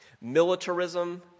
militarism